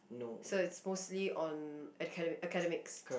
so it's mostly on acade~ academics